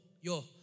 yo